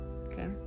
okay